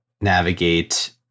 navigate